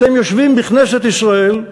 אתם יושבים בכנסת ישראל,